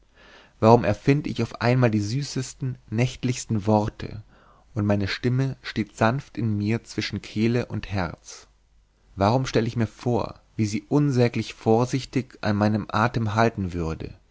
warum erfind ich auf einmal die süßesten nächtlichsten worte und meine stimme steht sanft in mir zwischen kehle und herz warum stell ich mir vor wie ich sie unsäglich vorsichtig an meinen atem halten würde